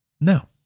no